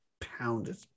pounded